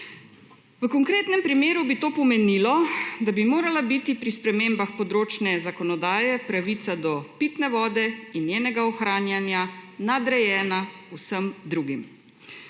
V konkretnem primeru bi to pomenilo, da bi morala biti pri spremembah področne zakonodaje pravica do pitne vode in njenega ohranjanja nadrejena vsem drugim.